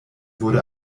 wurde